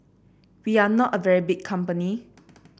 we are not a very big company